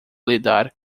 lidar